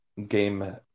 Game